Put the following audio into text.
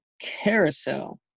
carousel